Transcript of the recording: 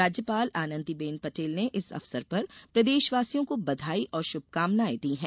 राज्यपाल आनंदी बेन पटेल ने इस अवसर पर प्रदेशवासियों को बधाई और श्भकामनाएं दी हैं